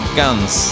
guns